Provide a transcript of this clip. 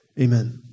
Amen